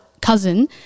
cousin